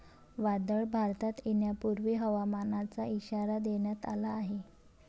वादळ भारतात येण्यापूर्वी हवामानाचा इशारा देण्यात आला आहे